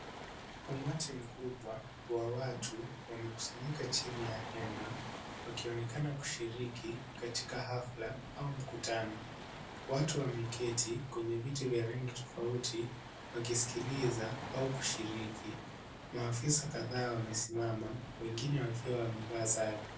Umati mkubwa wa watu wamekusanyika chini ya hema, wakionekana kushiriki katika hafla au mkutano. Watu wameketi kwenye viti vya rangi tofauti wakisikiliza au kushiriki. Maafisa kadhaa wamesimama wengine wakiwa wamevaa sare.